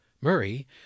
Murray